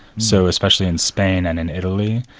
so especially in spain and in italy,